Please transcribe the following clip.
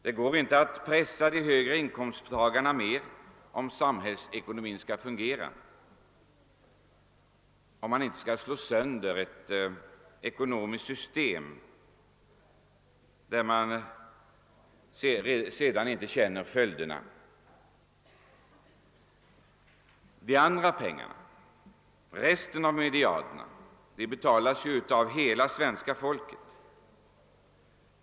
Det går inte att pressa de högre inkomsttagarna mer, om samhällsekonomin skall fungera och om man inte skall slå sönder ett ekonomiskt system med därav följande konsekvenser som vi inte helt kan överblicka. De andra pengarna — resten av dessa miljarder — betalas av hela svenska folket.